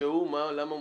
למה מומחה?